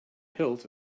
hilt